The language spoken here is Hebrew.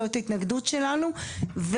זאת ההתנגדות שלנו.